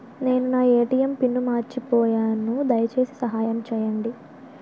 నేను నా ATM pin మర్చిపోయాను, దయచేసి సహాయం చేయండి